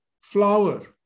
flower